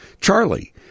Charlie